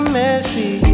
messy